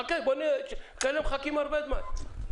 חכה, יש כאלה שמחכים הרבה זמן.